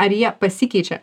ar jie pasikeičia